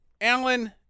Alan